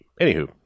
anywho